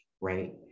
right